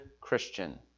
Christian